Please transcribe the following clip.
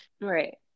right